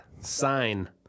Sign